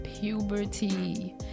Puberty